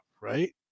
right